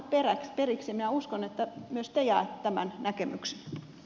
minä uskon että myös te jaatte tämän näkemyksen